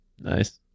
Nice